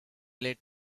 late